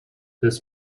this